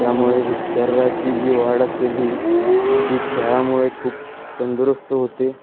त्यामुळे शरीराची जी वाढ असेल ही ही खेळामुळे खूप तंदुरुस्त होते